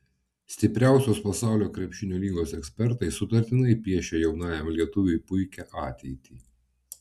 stipriausios pasaulio krepšinio lygos ekspertai sutartinai piešia jaunajam lietuviui puikią ateitį